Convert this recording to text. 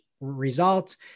results